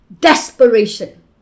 desperation